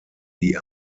die